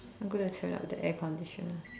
I'm gonna turn up the air condition